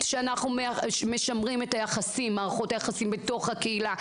שאנחנו משמרים את מערכות היחסים בתוך הקהילה.